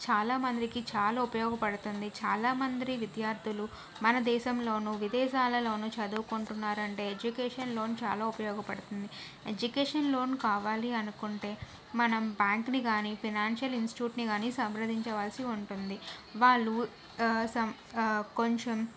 చాలా మందికి చాలా ఉపయోగపడుతుంది చాలామంది విద్యార్థులు మన దేశంలోనూ విదేశాలలోనూ చదువుకుంటున్నారంటే ఎడ్యుకేషన్ లోన్ చాలా ఉపయోగపడుతుంది ఎడ్యుకేషన్ లోన్ కావాలి అనుకుంటే మనం బ్యాంకుని కాని ఫినాన్షియల్ ఇన్స్టిట్యూట్ని కాని సంప్రదించవలసి ఉంటుంది వాళ్ళు సమ్ కొంచెం